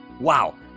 Wow